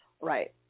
Right